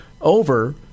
over